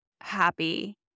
happy